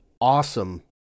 awesome